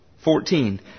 Fourteen